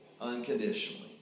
unconditionally